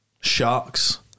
sharks